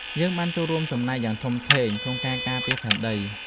យើងបានចូលរួមចំណែកយ៉ាងធំធេងក្នុងការការពារផែនដី។